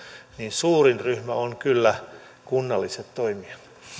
suurin ryhmä on kyllä kunnalliset toimijat